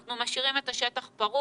אנחנו משאירים את השטח פרוץ,